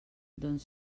doncs